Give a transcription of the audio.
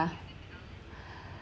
ya